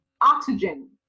Oxygen